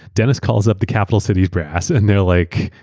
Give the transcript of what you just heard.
dennis calls up the capital cities brass and they're like,